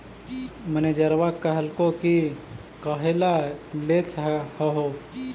मैनेजरवा कहलको कि काहेला लेथ हहो?